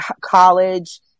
college